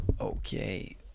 Okay